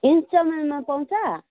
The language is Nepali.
इन्सटलमेन्टमा पाउँछ